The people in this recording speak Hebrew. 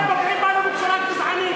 כי אתם פוגעים בנו בצורה גזענית,